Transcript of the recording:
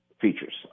features